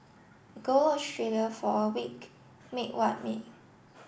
go Australia for a week mate what mate